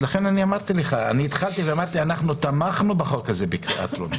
לכן פתחתי ואמרתי שאנחנו תמכנו בחוק הזה בקריאה הטרומית,